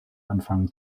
anfangen